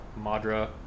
Madra